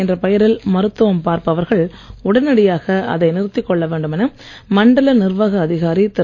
என்ற பெயரில் மருத்துவம் பார்ப்பவர்கள் உடனடியாக அதை நிறுத்திக் கொள்ள வேண்டும் என மண்டல நிர்வாக அதிகாரி திரு